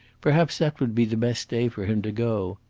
perhaps that would be the best day for him to go.